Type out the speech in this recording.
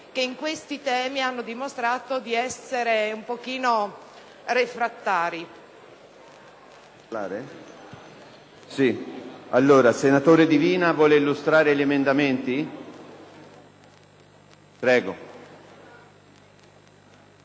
che in questi ambiti hanno dimostrato di essere un po' refrattari.